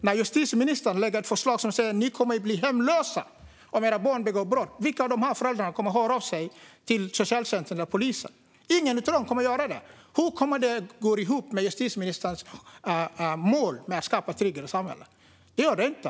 När justitieministern lägger fram ett förslag som säger att ni kommer att bli hemlösa om era barn begår brott - vilka av dessa kommer att höra av sig till socialtjänsten eller polisen? Ingen av dem. Hur går det ihop med justitieministerns mål att skapa ett tryggare samhälle? Det gör det inte.